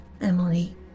Emily